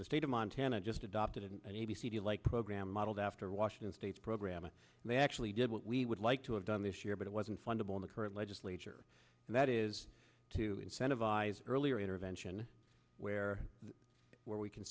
the state of montana just adopted and a b c like program modeled after washington state's program and they actually did what we would like to have done this year but it wasn't fundable in the current legislature and that is to incentivize earlier intervention where where we can